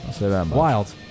wild